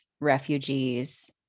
refugees